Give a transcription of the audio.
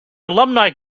alumni